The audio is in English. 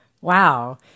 Wow